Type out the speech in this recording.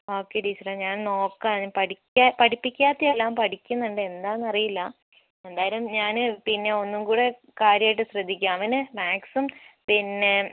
okay ടീച്ചറേ ഞാൻ നോക്കാം ഞാൻ പഠിക്കാൻ പഠിപ്പിക്കാത്തത് അല്ല അവൻ പഠിക്കുന്നുണ്ട് എന്താണെന്ന് അറിയില്ല എന്തായാലും ഞാൻ പിന്നെ ഒന്നും കൂടെ കാര്യമായിട്ട് ശ്രദ്ധിക്കാം അവനെ മാത്സും പിന്നെ